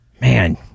Man